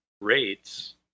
rates